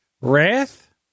Wrath